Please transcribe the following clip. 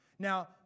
Now